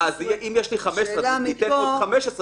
אז אפשר למחוק אותו